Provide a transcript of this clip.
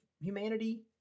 humanity